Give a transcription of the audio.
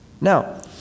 Now